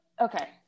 okay